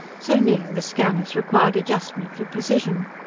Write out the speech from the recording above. so near, the scanners required adjustment for precision.